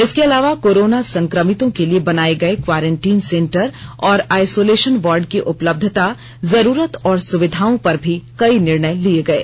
इसके अलावा कोरोना संक्रमितों के लिए बनाए गए क्वारेंटीन सेंटर और आइसोलेशन वार्ड की उपलब्धता जरुरत और सुविधाओं पर भी कई निर्णय लिये गये